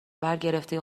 برگرفته